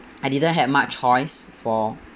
I didn't have much choice for